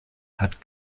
hat